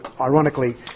ironically